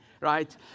right